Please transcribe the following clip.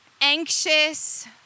anxious